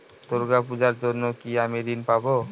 দূর্গা পূজার জন্য কি আমি ঋণ পাবো?